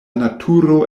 naturo